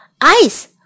Ice